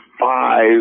five